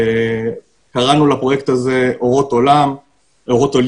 קראנו לפרויקט הזה "אורות עולים".